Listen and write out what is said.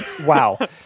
wow